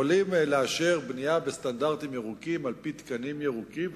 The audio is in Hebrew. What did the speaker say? יכולים לאשר בנייה בסטנדרטים ירוקים על-פי תקנים ירוקים,